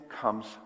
comes